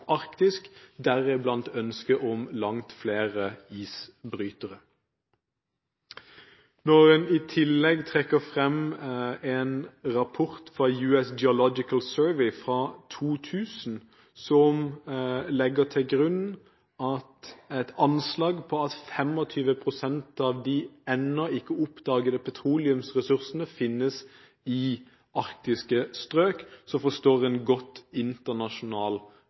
deriblant ønsket om langt flere isbrytere. Når man i tillegg trekker frem en rapport fra U.S. Geological Survey fra 2000, som legger til grunn et anslag på at 25 pst. av de ennå ikke oppdagede petroleumsressursene finnes i arktiske strøk, forstår man godt